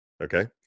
Okay